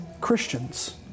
Christians